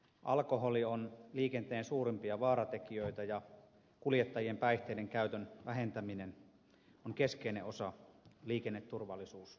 alkoholi on liikenteen suurimpia vaaratekijöitä ja kuljettajien päihteidenkäytön vähentäminen on keskeinen osa liikenneturvallisuustyötä